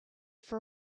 for